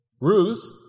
Ruth